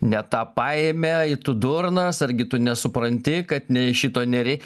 ne tą paėmė i tu durnas argi tu nesupranti kad nei šito nerei